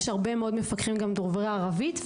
יש הרבה מאוד מפקחים גם דוברי ערבית,